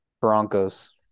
Broncos